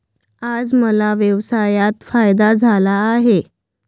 आज मला व्यवसायात फायदा झाला आहे